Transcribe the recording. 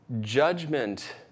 judgment